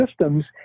systems